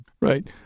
Right